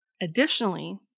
Additionally